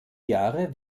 jahre